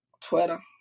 Twitter